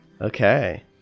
Okay